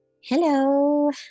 hello